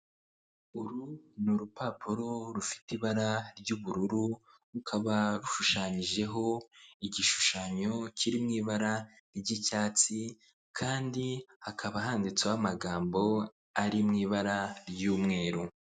Urupapuro rufite ibara ry'ubururu rukaba rushushanyijeho igishushanyo kiri mu ibara ry'icyatsi kandi hakaba handitseho amagambo ari mu ibara ry'umweru.